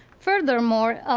furthermore,